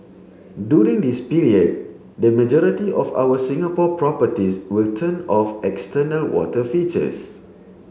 during this period the majority of our Singapore properties will turn off external water features